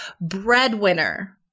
Breadwinner